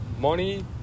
money